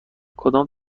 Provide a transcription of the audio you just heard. کدام